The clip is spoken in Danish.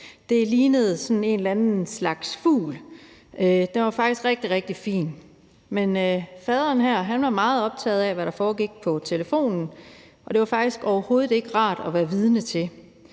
en eller anden slags fugl, og den var faktisk rigtig, rigtig fin, men faderen her var meget optaget af, hvad der foregik på telefonen, og det var faktisk overhovedet ikke rart at være vidne til.